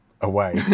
away